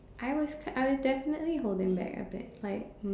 I was I will definitely hold in back a bit like